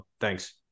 thanks